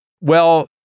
Well-